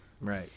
Right